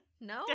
no